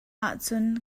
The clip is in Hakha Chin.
ahcun